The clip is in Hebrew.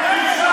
לך.